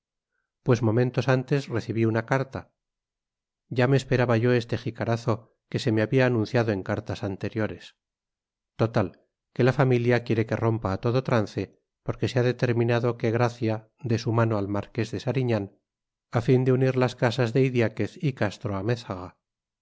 pues momentos antes recibí una carta ya me esperaba yo este jicarazo que se me había anunciado en cartas anteriores total que la familia quiere que rompa a todo trance porque se ha determinado que gracia dé su mano al marqués de sariñán a fin de unir las casas de idiáquez y castro-amézaga